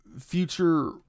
future